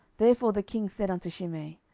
therefore the king said unto shimei,